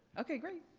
ok, great.